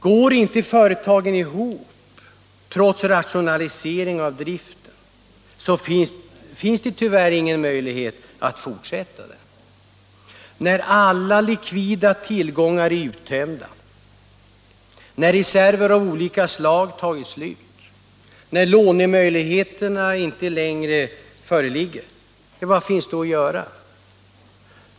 Går inte företagen ihop trots rationalisering av driften, finns det tyvärr ingen möjlighet att fortsätta verksamheten. När alla likvida tillgångar är uttömda, när reserver av olika slag tagit slut, när lånemöjligheter inte längre föreligger — vad finns då att göra?